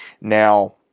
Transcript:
Now